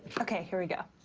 okay, here we go.